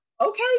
okay